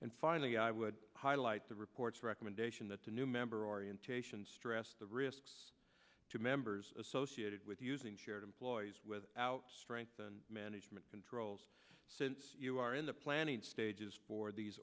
and finally i would highlight the report's recommendation that the new member orientation stressed the risks to members associated with using shared employees without strength and management controls since you are in the planning stages for these